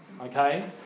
Okay